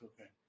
okay